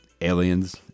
Aliens